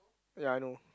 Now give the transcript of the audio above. ya I know